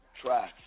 try